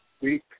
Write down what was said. week